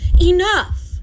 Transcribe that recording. Enough